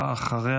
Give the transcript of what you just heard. ואחריה,